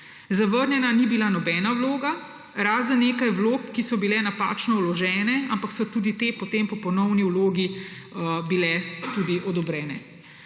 Zavrnjena ni bila nobena vloga, razen nekaj vlog, ki so bile napačno vložene, ampak so tudi te potem po ponovni vlogi bile odobrene.